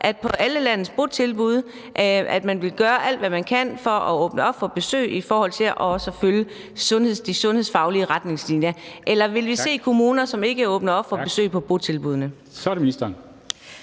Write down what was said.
man på alle landets botilbud vil gøre alt, hvad man kan, for at åbne op for besøg i forhold til også at følge de sundhedsfaglige retningslinjer, eller vil vi se kommuner, som ikke åbner op for besøg på botilbuddene? Kl. 14:22 Formanden